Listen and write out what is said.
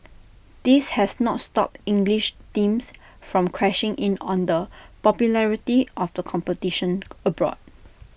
this has not stopped English teams from crashing in on the popularity of the competition abroad